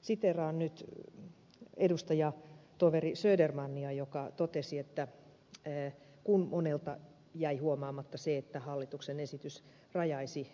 siteeraan nyt edustajatoveri södermania joka totesi kun monelta jäi huomaamatta se että hallituksen esitys rajaisi